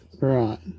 Right